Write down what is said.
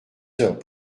heures